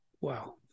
Wow